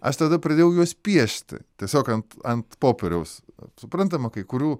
aš tada pradėjau juos piešti tiesiog ant ant popieriaus suprantama kai kurių